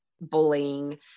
bullying